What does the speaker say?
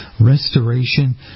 restoration